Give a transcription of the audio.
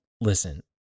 listen